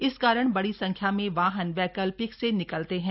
इस कारण बड़ी संख्या में वाहन वैकल्पिक से निकलते हैं